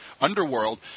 underworld